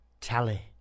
tally